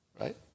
right